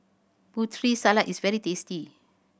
Putri Salad is very tasty